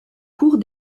cours